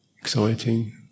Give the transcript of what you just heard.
exciting